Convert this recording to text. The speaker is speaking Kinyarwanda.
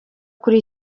kuri